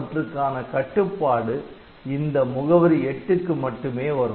அவற்றுக்கான கட்டுப்பாடு இந்த முகவரி '8' க்கு மட்டுமே வரும்